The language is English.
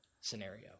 scenario